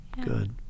Good